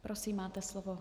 Prosím, máte slovo.